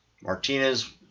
Martinez